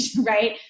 right